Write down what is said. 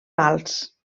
vals